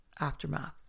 aftermath